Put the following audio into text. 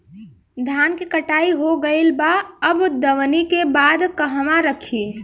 धान के कटाई हो गइल बा अब दवनि के बाद कहवा रखी?